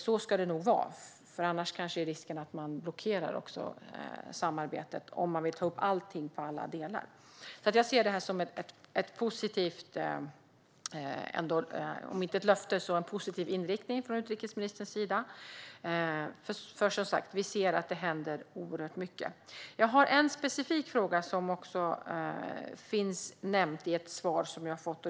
Så ska det nog vara, för annars är risken att man blockerar samarbetet om man vill ta upp allting på alla delar. Jag ser alltså detta, om inte som ett löfte, som en positiv inriktning från utrikesministern. Vi ser som sagt att det händer oerhört mycket. Jag har också en specifik fråga som finns nämnd i ett svar som jag har fått.